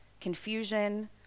confusion